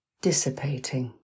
dissipating